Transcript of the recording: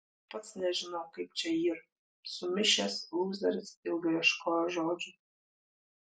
pats nežinau kaip čia yr sumišęs lūzeris ilgai ieškojo žodžių